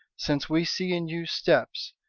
since we see in you steps.